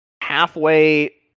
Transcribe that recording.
halfway